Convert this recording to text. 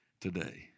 today